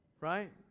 right